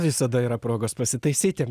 visada yra progos pasitaisyti